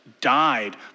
died